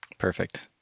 Perfect